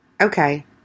okay